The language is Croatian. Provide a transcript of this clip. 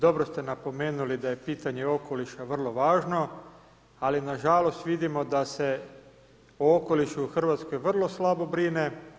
Dobro ste napomenuli da je pitanje okoliša vrlo važno, ali na žalost vidimo da se o okolišu u Hrvatskoj vrlo slabo brine.